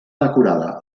decorada